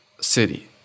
city